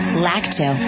Lacto